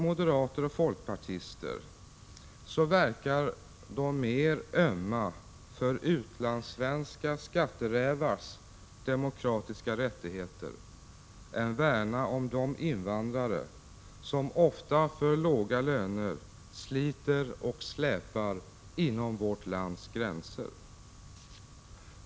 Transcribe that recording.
Moderater och folkpartister verkar mera att ömma för utlandssvenska skatterävars demokratiska rättigheter än att värna om de invandrare som, ofta för låga löner, sliter och släpar inom vårt lands gränser.